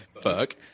Fuck